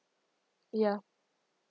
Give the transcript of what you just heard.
ya